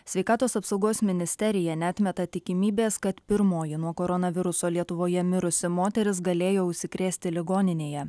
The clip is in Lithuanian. sveikatos apsaugos ministerija neatmeta tikimybės kad pirmoji nuo koronaviruso lietuvoje mirusi moteris galėjo užsikrėsti ligoninėje